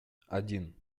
один